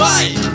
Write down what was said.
Fight